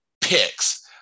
picks